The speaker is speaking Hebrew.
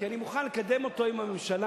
כי אני מוכן לקדם אותו עם הממשלה,